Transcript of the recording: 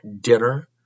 dinner